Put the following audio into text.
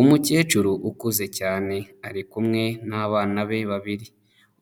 Umukecuru ukuze cyane, ari kumwe n'abana be babiri,